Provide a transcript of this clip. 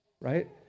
right